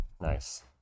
Nice